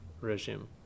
Regime